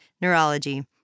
neurology